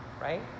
Right